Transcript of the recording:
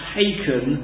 taken